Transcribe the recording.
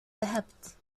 ذهبت